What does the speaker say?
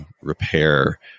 repair